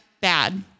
bad